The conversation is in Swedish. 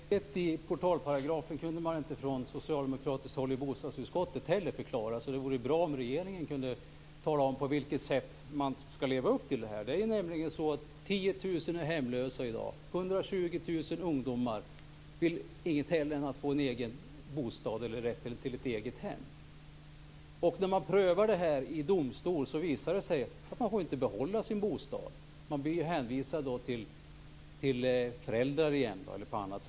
Fru talman! Tillägget i portalparagrafen kunde man från socialdemokratiskt håll i bostadsutskottet inte heller förklara, så det vore bra om regeringen kunde tala om på vilket sätt man skall leva upp till den. 10 000 människor är hemlösa i dag. 120 000 ungdomar vill inget hellre än att få en egen bostad eller ett eget hem. När detta prövas i domstol visar det sig att man inte får behålla sin bostad. Man blir hänvisad till föräldrar.